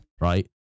right